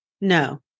No